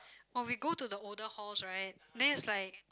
or we go to the older horse right then it's like